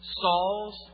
Saul's